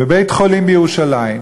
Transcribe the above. בבית-חולים בירושלים,